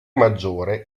maggiore